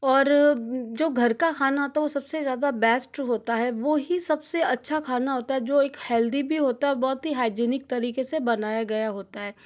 और जो घर का खाना तो सबसे ज़्यादा बेस्ट होता है वही सबसे अच्छा खाना होता है जो एक हेल्दी भी होता बहुत है और बहुत ही हाइज़ीनिक तरीके से बनाया गया होता है